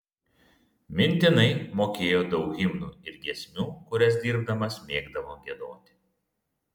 mintinai mokėjo daug himnų ir giesmių kurias dirbdamas mėgdavo giedoti